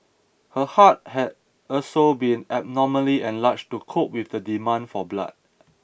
her heart had also been abnormally enlarged to cope with the demand for blood